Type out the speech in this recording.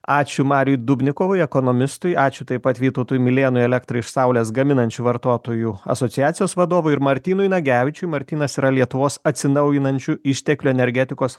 ačiū mariui dubnikovui ekonomistui ačiū taip pat vytautui milėnui elektrą iš saulės gaminančių vartotojų asociacijos vadovui ir martynui nagevičiui martynas yra lietuvos atsinaujinančių išteklių energetikos